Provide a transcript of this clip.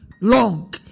long